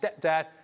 stepdad